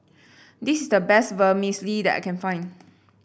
this is the best Vermicelli that I can find